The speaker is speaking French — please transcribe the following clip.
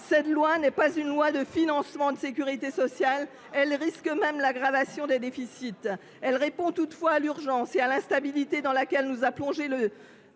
spéciale n’est pas une loi de financement de la sécurité sociale. Elle risque même d’aggraver les déficits. Puisqu’elle répond toutefois à l’urgence et à l’instabilité dans laquelle nous a plongés le